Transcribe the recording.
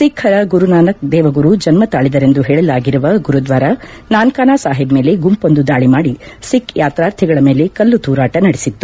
ಸಿಖ್ಖರ ಗುರುನಾನಕ್ ದೇವ ಗುರು ಜನ್ನ ತಾಳಿದರೆಂದು ಹೇಳಲಾಗಿರುವ ಗುರುದ್ಲಾರ ನಾನ್ಕಾನ್ ಸಾಹೇಬ್ ಮೇಲೆ ಗುಂಪೊಂದು ದಾಳಿ ಮಾದಿ ಸಿಖ್ ಯಾತ್ರಾರ್ಥಿಗಳ ಮೇಲೆ ಕಲ್ಲು ತೂರಾಣ ನಡೆಸಿತ್ತು